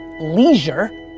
leisure